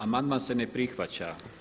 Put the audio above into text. Amandman se ne prihvaća.